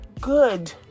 good